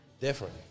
different